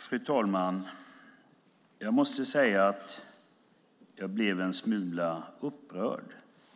Fru talman! Jag måste säga att jag blev en smula upprörd